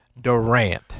Durant